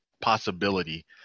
possibility